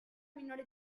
minore